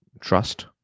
trust